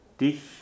dich